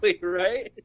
Right